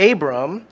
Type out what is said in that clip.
Abram